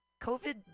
COVID